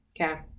Okay